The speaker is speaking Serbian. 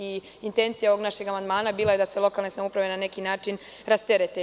Intencija ovog našeg amandmana bila je da se lokalne samouprave na neki način rasterete.